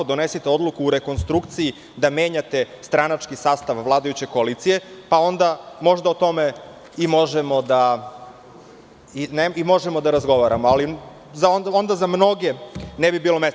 Donesite odluku u rekonstrukciji da menjate stranački sastav vladajuće koalicije, pa onda možda o tome i možemo da razgovaramo, ali onda za mnoge ne bi bilo mesta.